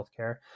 healthcare